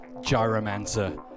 gyromancer